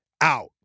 out